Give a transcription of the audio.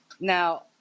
now